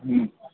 હ્મ